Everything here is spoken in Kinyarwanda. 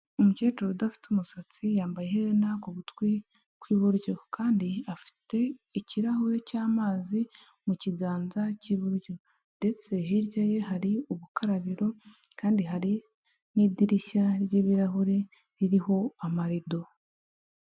Umukecuru udafite umusatsi yambaye iherena ku gutwi kw'iburyo kandi afite ikirahure cy'amazi mu kiganza cy'iburyo. Ndetse hirya ye hari ubukarabiro kandi hari n'idirishya ry'ibirahure ririho amarido.